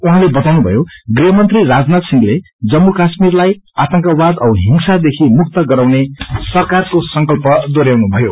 उहाँले बताउनुभयो गृहमंत्री राजनाथ सिंहले जम्मू काश्मीरलाई आतंकवाद औ हिंसा देखि मुक्त गराउने सरकारको संकल्प दोहोरयाउनु भयो